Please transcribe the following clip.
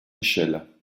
michel